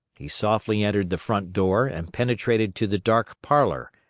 he softly entered the front door and penetrated to the dark parlor,